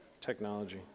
Technology